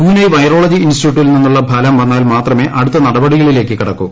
Pune virology ഇൻസ്റ്റിറ്റ്യൂട്ടിൽ നിന്നുള്ള ഫലം വന്നാൽ മാത്രമേ അടുത്ത നടപടികളിലേക്ക് കടക്കൂ